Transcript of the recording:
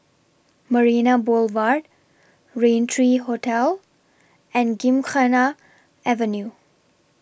Marina Boulevard Raintree Hotel and Gymkhana Avenue